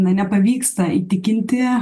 na nepavyksta įtikinti